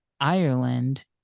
Ireland